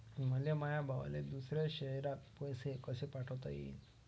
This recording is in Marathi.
मले माया भावाले दुसऱ्या शयरात पैसे कसे पाठवता येईन?